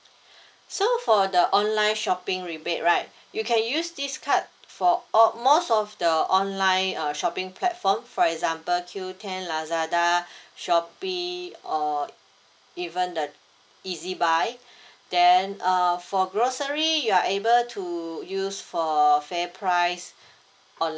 so for the online shopping rebate right you can use this card for a~ most of the online uh shopping platform for example Qoo10 lazada shopee or even the ezbuy then uh for grocery you are able to use for fair price